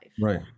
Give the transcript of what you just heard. right